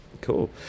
Cool